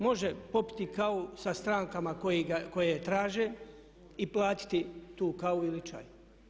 Može popiti kavu sa strankama koje je traže i platiti tu kavu ili čaj.